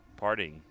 partying